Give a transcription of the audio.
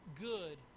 good